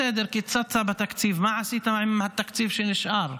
בסדר, קיצצת בתקציב, מה עשית עם התקציב שנשאר?